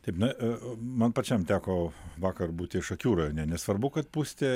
taip na man pačiam teko vakar būti šakių rajone nesvarbu kad pustė